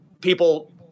people